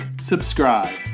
subscribe